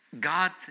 God